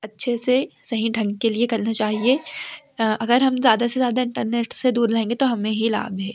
अच्छे से सही ढंग के लिए करना चाहिए अगर हम ज़्यादा से ज़्यादा इंटरनेट से दूर रहेंगे तो हमें ही लाभ है